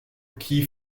key